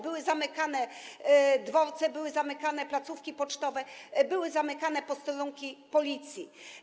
Były zamykane dworce, były zamykane placówki pocztowe, były zamykane posterunki Policji.